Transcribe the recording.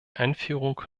einführung